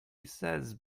says